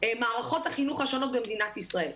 מערכות החינוך השונות במדינת ישראל,